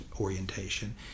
orientation